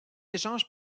échange